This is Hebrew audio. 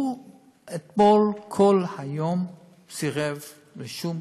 הוא אתמול כל היום סירב לפגישות.